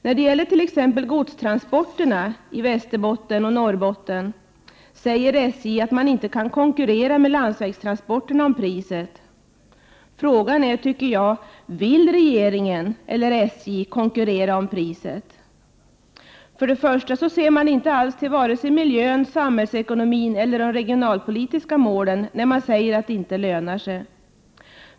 När det t.ex. gäller godstransporterna i Västerbotten och Norrbotten säger SJ att man inte kan konkurrera med landsvägstransporterna om priset. Frågan är, tycker jag: Vill regeringen eller SJ konkurrera om priset? För det första ser man inte till vare sig miljön, samhällsekonomin eller de regionalpolitiska målen när man säger att järnvägstransporterna inte lönar sig.